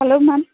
hello ma'am